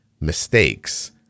mistakes